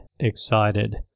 Excited